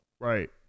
Right